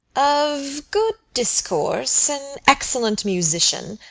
of good discourse, an excellent musician,